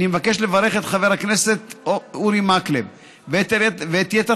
אני מבקש לברך את חבר הכנסת אורי מקלב ואת יתר